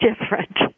different